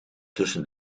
tussen